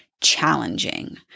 challenging